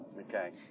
Okay